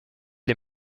les